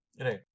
Right